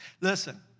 Listen